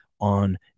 on